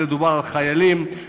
מדובר על חיילים,